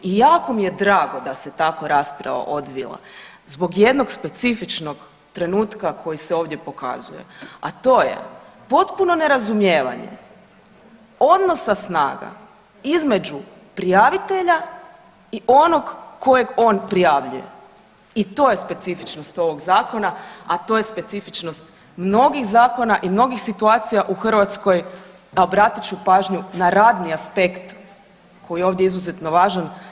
I jako mi je drago da se tako rasprava odvila zbog jednog specifičnog trenutka koji se ovdje pokazuje, a to je potpuno nerazumijevanje odnosa snaga između prijavitelja i onog kojeg on prijavljuje i to je specifičnost ovog zakona, a to je specifičnost mnogih zakona i mnogih situacija u Hrvatskoj, a obratit ću pažnju na radni aspekt koji je ovdje izuzetno važan.